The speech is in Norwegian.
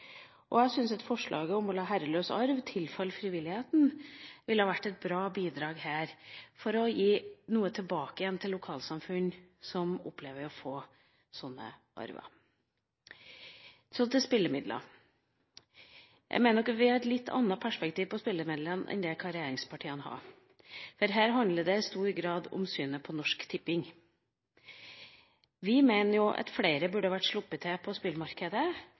Jeg syns forslaget om å la herreløs arv tilfalle frivilligheten ville ha vært et bra bidrag her for å gi noe tilbake igjen til lokalsamfunn som kunne oppleve å få slik arv. Så til spillemidler: Vi har nok et litt annet perspektiv på spillemidler enn regjeringspartiene. Her handler det i stor grad om synet på Norsk Tipping. Vi mener jo at flere burde ha vært sluppet til på spillmarkedet